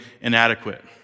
inadequate